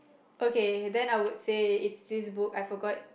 okay then I would say it's this book I forgot